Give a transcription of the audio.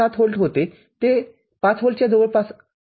७ volt होते जे ५ व्होल्टच्या जवळ आहे